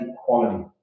equality